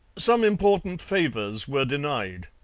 some important favours were denied.